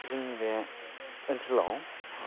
जोंनि बे ओनसोलाव